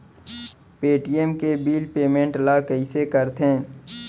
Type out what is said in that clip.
Paytm के bill payment ल कइसे करथे?